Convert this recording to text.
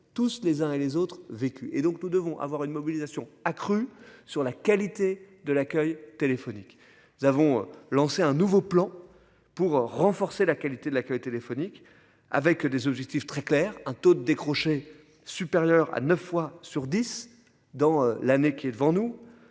tous les uns et les autres vécu et donc nous devons avoir une mobilisation accrue sur la qualité de l'accueil téléphonique. Nous avons lancé un nouveau plan pour renforcer la qualité de l'accueil téléphonique, avec des objectifs très clairs, un taux de décrocher supérieure à 9 fois sur 10 dans l'année qui est devant nous